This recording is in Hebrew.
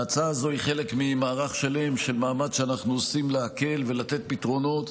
ההצעה הזאת היא חלק ממערך שלם של מאמץ שאנחנו עושים להקל ולתת פתרונות